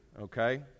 okay